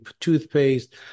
toothpaste